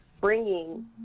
bringing